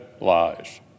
lies